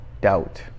doubt